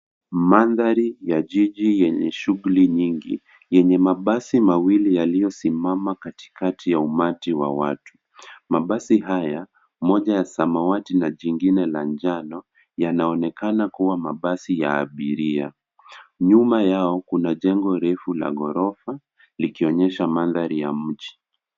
Mandhari ya jiji lenye shughuli nyingi yenye mabasi mawili yaliyosimama katikati ya umati wa watu. Mabasi haya , moja ya samawati na jingine la njano , yanaonekana kuwa mabasi ya abiria. Nyuma yao kuna jengo refu la ghorofa likionyesha mandhari ya mji.